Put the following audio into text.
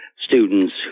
students